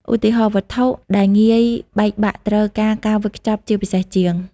ឧទាហរណ៍ វត្ថុដែលងាយបែកបាក់ត្រូវការការវេចខ្ចប់ពិសេសជាង។